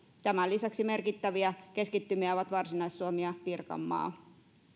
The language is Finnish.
tämän lisäksi merkittäviä keskittymiä ovat varsinais suomi ja pirkanmaa